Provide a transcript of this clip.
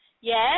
Yes